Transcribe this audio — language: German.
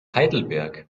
heidelberg